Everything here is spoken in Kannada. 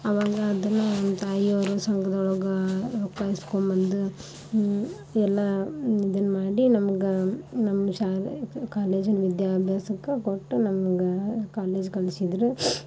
ಆವಾಗ ಅದನ್ನು ನಮ್ಮ ತಾಯಿಯವರು ಸಂಘದೊಳ್ಗೆ ರೊಕ್ಕ ಇಸ್ಕೊಂಬಂದು ಎಲ್ಲ ಇದನ್ನು ಮಾಡಿ ನಮ್ಗೆ ನಮ್ಮ ಶಾಲೆ ಇದು ಕಾಲೇಜಲ್ಲಿ ವಿದ್ಯಾಭ್ಯಾಸಕ್ಕೆ ಕೊಟ್ಟು ನಮ್ಗೆ ಕಾಲೇಜ್ಗೆ ಕಳಿಸಿದ್ರು